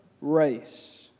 race